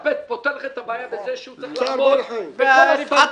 סעיף 9(ב) פותר לך את הבעיה בזה שהוא צריך לעמוד בכל הרפורמה.